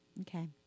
Okay